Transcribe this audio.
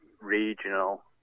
regional